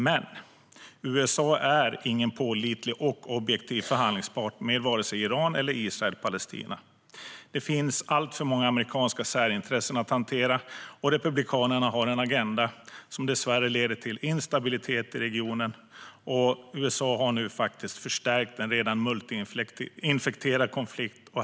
Men USA är inte någon pålitlig och objektiv förhandlingspart med vare sig Iran eller Israel och Palestina. Det finns alltför många amerikanska särintressen att hantera. Republikanerna har en agenda som dessvärre leder till instabilitet i regionen. USA har nu förstärkt en redan multiinfekterad konflikt.